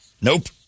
Nope